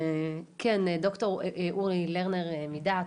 כן ד"ר אורי לרנר מדעת.